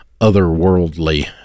otherworldly